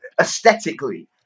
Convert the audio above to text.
aesthetically